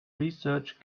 research